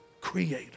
Creator